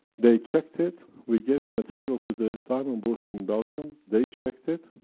they checked it. we gave the material to the diamond boss in belgium. they checked it.